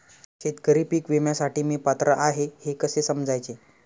शेतकरी पीक विम्यासाठी मी पात्र आहे हे कसे समजायचे?